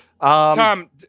Tom